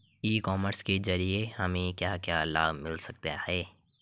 E commerce के ज़रिए हमें क्या क्या लाभ मिल सकता है?